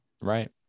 Right